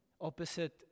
opposite